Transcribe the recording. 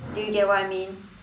do you get what I mean